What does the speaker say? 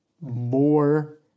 more